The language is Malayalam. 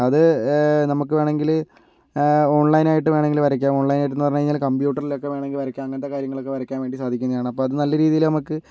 അത് നമുക്ക് വേണമെങ്കില് ഓൺലൈനായിട്ട് വേണമെങ്കില് വരക്കാം ഓൺലൈനായിട്ടെന്ന് പറഞ്ഞ് കഴിഞ്ഞാല് കമ്പ്യൂട്ടറിലൊക്കെ വേണമെങ്കിൽ വരക്കാം അങ്ങനത്തെ കാര്യങ്ങളൊക്കെ വരയ്ക്കാൻ വേണ്ടി സാധിക്കുന്നതെന്ന് അപ്പം അത് നല്ല രീതിയില് നമുക്ക്